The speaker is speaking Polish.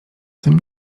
tym